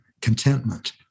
contentment